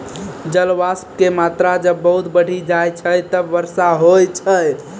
जलवाष्प के मात्रा जब बहुत बढ़ी जाय छै तब वर्षा होय छै